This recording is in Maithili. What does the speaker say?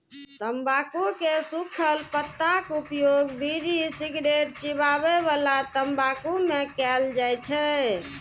तंबाकू के सूखल पत्ताक उपयोग बीड़ी, सिगरेट, चिबाबै बला तंबाकू मे कैल जाइ छै